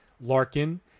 Larkin